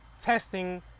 testing